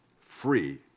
free